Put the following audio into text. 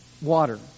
Water